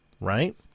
right